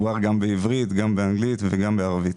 מדובר בעברית, באנגלית ובערבית.